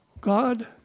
God